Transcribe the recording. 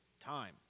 time